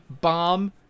bomb